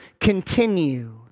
continue